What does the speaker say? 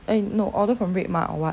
eh no order from redmart or what